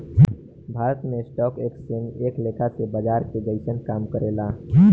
भारत में stock exchange एक लेखा से बाजार के जइसन काम करेला